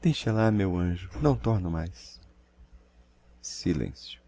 deixa lá meu anjo não torno mais silencio